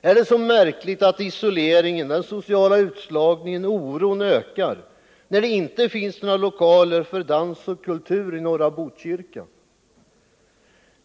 Är det så märkligt att isoleringen, den sociala utslagningen och oron ökar, när det inte finns några lokaler för dans och kultur i norra Botkyrka?